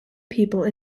people